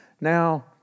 Now